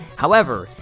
however,